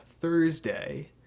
Thursday